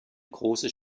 großes